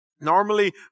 Normally